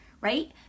right